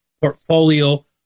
portfolio